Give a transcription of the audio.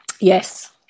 Yes